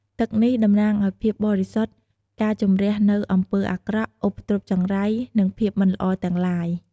ទឹកនេះតំណាងឲ្យភាពបរិសុទ្ធ ការជម្រះនូវអំពើអាក្រក់ ឧបទ្រពចង្រៃ និងភាពមិនល្អទាំងឡាយ។